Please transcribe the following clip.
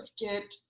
get